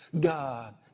God